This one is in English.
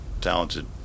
talented